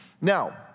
Now